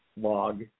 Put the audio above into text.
Log